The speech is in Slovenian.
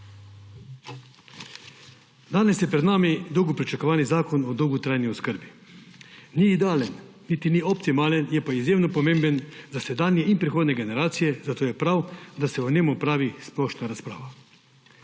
Danes je pred nami dolgo pričakovani zakon o dolgotrajni oskrbi. Ni idealen niti ni optimalen, je pa izjemno pomemben za sedanje in prihodnje generacije, zato je prav, da se o njem opravi splošna razprava.